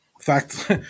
fact